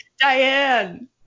Diane